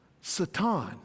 Satan